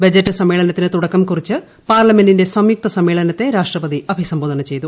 budget സമ്മേളനത്തിന് തുടക്കം കുറിച്ച് പാർലമെന്റിന്റെ സംയുക്ത സമ്മേളനത്തെ രാഷ്ട്രപതി അഭിസംബോധന ചെയ്തു